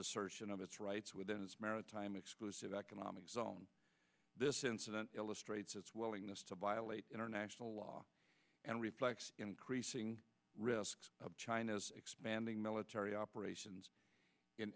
assertion of its rights within its maritime exclusive economic zone this incident illustrates the swelling this to violate international law and reflects increasing risks of china's expanding military operations in